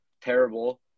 Terrible